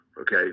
okay